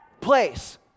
place